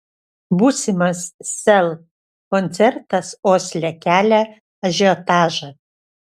būsimas sel koncertas osle kelia ažiotažą